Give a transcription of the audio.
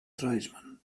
tribesman